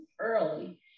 early